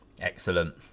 excellent